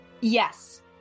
Yes